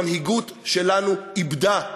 המנהיגות שלנו איבדה.